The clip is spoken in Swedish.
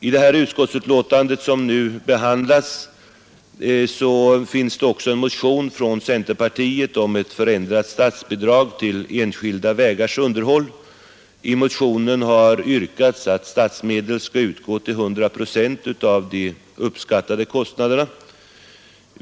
I detta utskottsbetänkande behandlas en motion från centerpartiet om ett förändrat statsbidrag till enskilda vägars underhåll. I motionen yrkas att statsmedel skall utgå till 100 procent av de uppskattade kostnaderna.